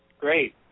Great